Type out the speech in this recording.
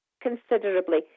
considerably